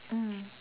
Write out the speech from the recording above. mm